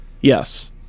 Yes